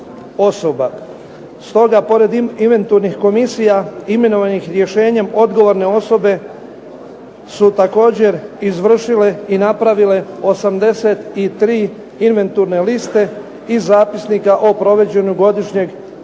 Stoga pored inventurnih komisija imenovanim rješenjem odgovorne osobe su također izvršile i napravile 83 inventurne liste i zapisnika o provođenju godišnjeg popisa